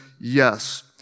yes